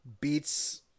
beats